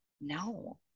No